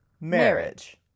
Marriage